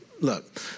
Look